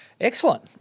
Excellent